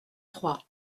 trois